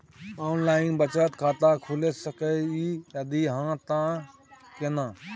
Online बचत खाता खुलै सकै इ, यदि हाँ त केना?